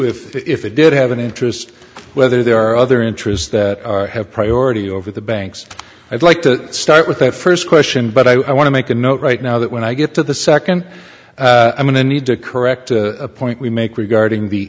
with if it did have an interest whether there are other interests that have priority over the banks i'd like to start with that first question but i want to make a note right now that when i get to the second i'm going to need to correct a point we make regarding the